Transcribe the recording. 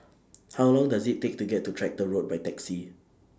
How Long Does IT Take to get to Tractor Road By Taxi